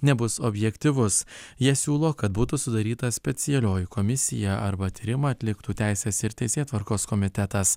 nebus objektyvus jie siūlo kad būtų sudaryta specialioji komisija arba tyrimą atliktų teisės ir teisėtvarkos komitetas